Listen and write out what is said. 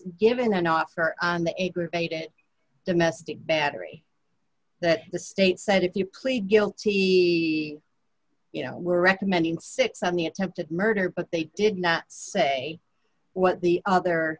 given a not for a group domestic battery that the state said if you plead guilty you know we're recommending six on the attempted murder but they did not say what the other